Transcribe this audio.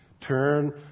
Turn